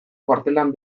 kuartelean